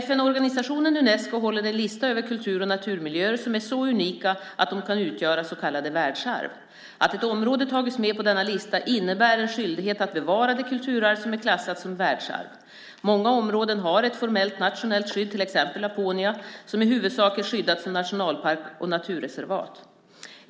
FN-organisationen Unesco håller en lista över kultur och naturmiljöer som är så unika att de ska utgöra så kallat världsarv. Att ett område tagits med på denna lista innebär en skyldighet att bevara det kulturarv som är klassat som världsarv. Många områden har ett formellt nationellt skydd, till exempel Laponia, som i huvudsak är skyddat som nationalpark och naturreservat.